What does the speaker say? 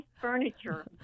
furniture